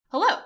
Hello